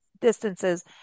distances